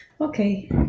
Okay